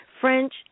French